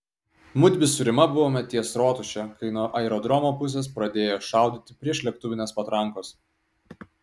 mudvi su rima buvome ties rotuše kai nuo aerodromo pusės pradėjo šaudyti priešlėktuvinės patrankos